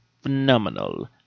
phenomenal